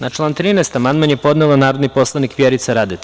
Na član 13. amandman je podnela narodni poslanik Vjerica Radeta.